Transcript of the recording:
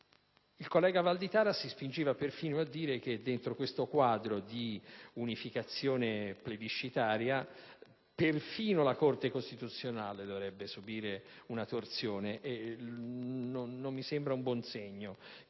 Il collega Valditara si è spinto persino a dire che dentro questo quadro di unificazione plebiscitaria perfino la Corte costituzionale dovrebbe subire una torsione e non mi sembra un buon segno